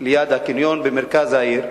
ליד הקניון במרכז העיר,